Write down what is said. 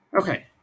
Okay